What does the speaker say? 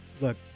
look